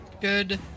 Good